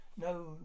No